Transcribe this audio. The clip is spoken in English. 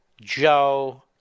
Joe